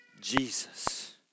Jesus